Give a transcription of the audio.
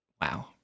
Wow